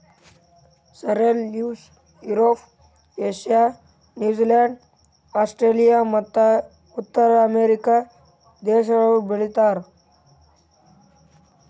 sorrel leaves Europe, Asia, New Zealand, Australia ಮತ್ತ ಉತ್ತರ America ದೇಶಗೊಳ್ ಬೆ ಳಿತಾರ್